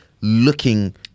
looking